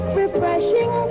refreshing